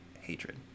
hatred